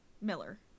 miller